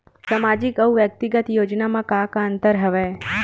सामाजिक अउ व्यक्तिगत योजना म का का अंतर हवय?